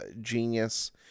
genius